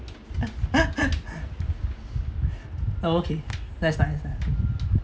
oh okay that's nice lah